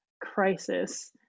crisis